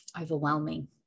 overwhelming